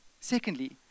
Secondly